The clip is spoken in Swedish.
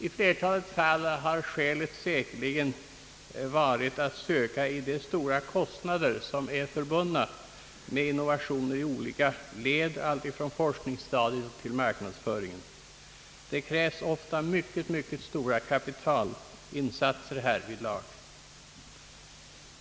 I flertalet fall har skälet säkerligen varit att söka i de stora kostnader som är förbundna med innovationer i olika led alltifrån forskningsstadiet — till marknadsföringen. Det krävs ofta mycket stora kapitalinsatser härvidlag.